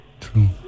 True